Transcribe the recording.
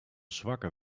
zwakke